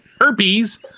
herpes